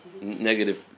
negative